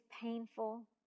painful